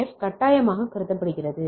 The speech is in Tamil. எஃப் கட்டாயமாக கருதப்படுகிறது